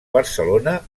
barcelona